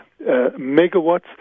megawatts